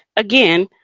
again,